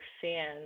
fans